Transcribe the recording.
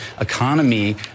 economy